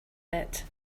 bit